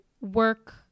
work